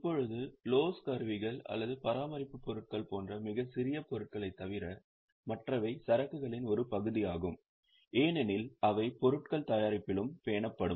இப்போது லொஸ் கருவிகள் அல்லது பராமரிப்புப் பொருட்கள் போன்ற மிகச் சிறிய பொருட்களைத் தவிர மற்றவை சரக்குகளின் ஒரு பகுதியாகும் ஏனெனில் அவை பொருட்கள் தயாரிப்பிலும் பேணப்படும்